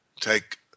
Take